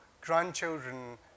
grandchildren